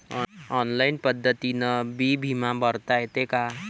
Online पद्धतीनं बी बिमा भरता येते का?